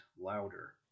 louder